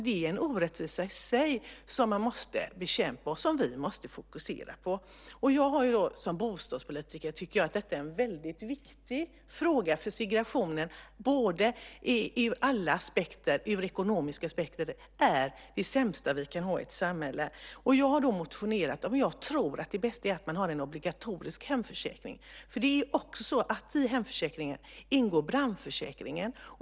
Det är en orättvisa i sig som man måste bekämpa och som vi måste fokusera på. Som bostadspolitiker tycker jag att detta ur alla aspekter, särskilt ekonomiska, är en väldigt viktig fråga när det gäller segregationen. Det är det sämsta vi kan ha i ett samhälle. Jag har motionerat om att jag tror att det bästa är att man har en obligatorisk hemförsäkring. I hemförsäkringen ingår också brandförsäkringen.